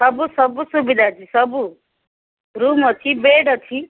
ସବୁ ସବୁ ସୁବିଧା ଅଛି ସବୁ ରୁମ୍ ଅଛି ବେଡ଼୍ ଅଛି